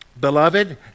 Beloved